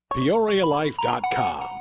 PeoriaLife.com